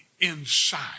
inside